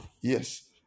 Yes